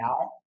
now